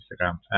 Instagram